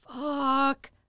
fuck